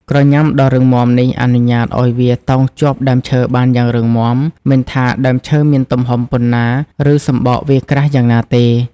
ក្រញាំដ៏រឹងមាំនេះអនុញ្ញាតឲ្យវាតោងជាប់ដើមឈើបានយ៉ាងរឹងមាំ មិនថាដើមឈើមានទំហំប៉ុនណា ឬសំបកវាក្រាស់យ៉ាងណាទេ។